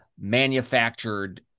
manufactured